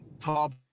top